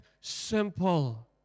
simple